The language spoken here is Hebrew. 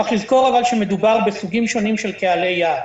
צריך לזכור שמדובר בסוגים שונים של קהלי יעד.